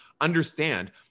understand